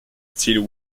still